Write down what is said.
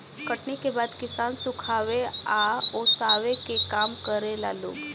कटनी के बाद किसान सुखावे आ ओसावे के काम करेला लोग